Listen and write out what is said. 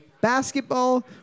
basketball